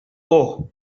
اوه